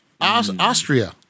Austria